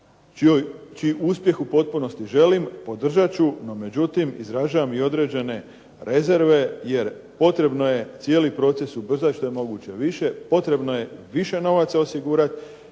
čiji uspjeh u potpunosti želim, podržat ću. No međutim, izražavam i određene rezerve, jer potrebno je cijeli proces ubrzati što je moguće više, potrebno je više novaca osigurati